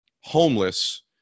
homeless